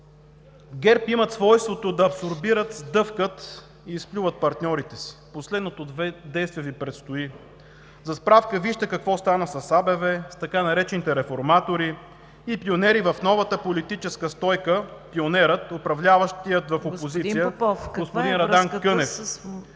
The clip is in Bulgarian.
ГЕРБ имат свойството да абсорбират, сдъвкат и изплюят партньорите си – последното действие Ви предстои. За справка вижте какво стана с АБВ, с така наречените реформатори и пионери в новата политическа стойка – пионерът, управляващият в опозиция господин Радан Кънев.